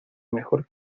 mejor